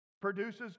produces